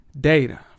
Data